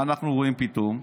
מה אנחנו רואים פתאום?